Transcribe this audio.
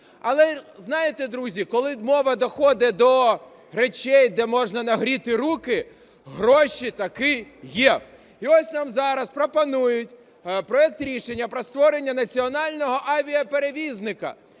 Але, знаєте, друзі, коли мова доходить до речей, де можна нагріти руки, гроші таки є. І ось нам зараз пропонують проект рішення про створення національного авіаперевізника,